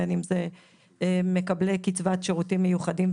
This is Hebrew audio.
בין אם זה מקבלי קצבת שירותים מיוחדים,